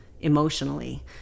emotionally